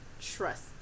trust